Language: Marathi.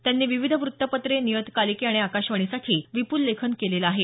त्यांनी विविध व्रत्तपत्रे नियतकालिके आणि आकाशवाणीसाठी विपूल लेखन केलेलं आहे